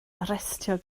arestio